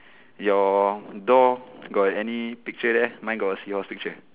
your door got any picture there mine got a seahorse picture